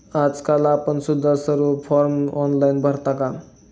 आजकाल आपण सुद्धा सर्व फॉर्म ऑनलाइन भरता का?